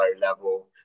level